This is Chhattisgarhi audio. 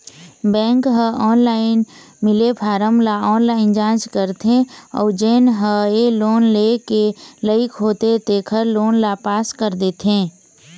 बेंक ह ऑनलाईन मिले फारम ल ऑनलाईन जाँच करथे अउ जेन ह ए लोन लेय के लइक होथे तेखर लोन ल पास कर देथे